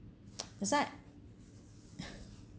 aside